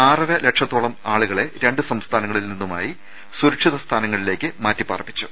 ആറര ലക്ഷത്തോളം ആളുകളെ രണ്ട് സംസ്ഥാനങ്ങളിൽ നിന്നുമായി സുരക്ഷിത സ്ഥലങ്ങളിലേക്ക് മാറ്റി പാർപ്പിച്ചു